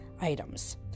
items